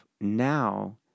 now